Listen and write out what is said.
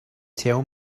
tell